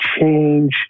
change